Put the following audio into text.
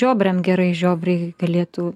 žiobriam gerai žiobriai galėtų